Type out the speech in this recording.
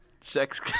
sex